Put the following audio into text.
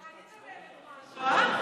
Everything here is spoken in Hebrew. גם אני תורמת משהו, אה?